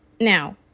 Now